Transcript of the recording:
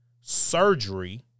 surgery